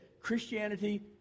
Christianity